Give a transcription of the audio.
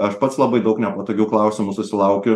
aš pats labai daug nepatogių klausimų susilaukiu